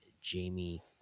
Jamie